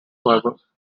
fibers